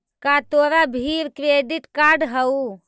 का तोरा भीर क्रेडिट कार्ड हउ?